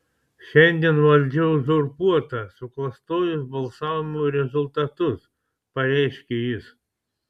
šiandien valdžia uzurpuota suklastojus balsavimo rezultatus pareiškė jis